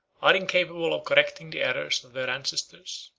are incapable of correcting the errors of their ancestors,